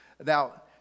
Now